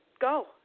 Go